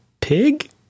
pig